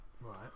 Right